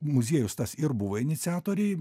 muziejus tas ir buvo iniciatoriai